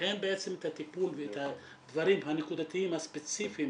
לכן את הטיפול ואת הדברים הנקודתיים הספציפיים